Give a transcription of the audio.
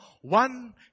one